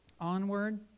onward